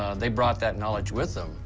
ah they brought that knowledge with them,